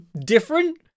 different